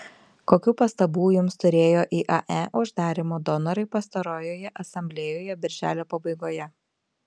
kokių pastabų jums turėjo iae uždarymo donorai pastarojoje asamblėjoje birželio pabaigoje